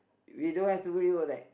we don't have to worry about that